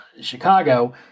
chicago